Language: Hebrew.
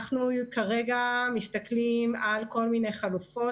אנחנו כרגע מסתכלים על כל מיני חלופות,